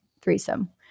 threesome